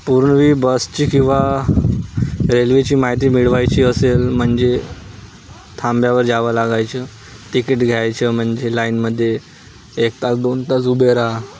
पूर्वी बसची किंवा रेल्वेची माहिती मिळवायची असेल म्हणजे थांब्यावर जावं लागायचं तिकीट घ्यायचं म्हणजे लाईनमध्ये एक तास दोन तास उभे राहा